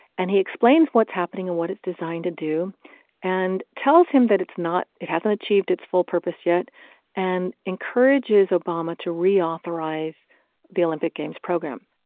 and he explains what's happening and what it's designed to do and tells him that it's not it hasn't achieved its full purpose yet and encourages obama to reauthorize the olympic games program.